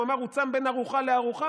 הוא אמר שהוא צם בין ארוחה לארוחה,